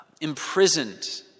imprisoned